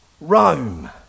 Rome